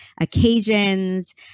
occasions